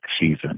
season